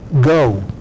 go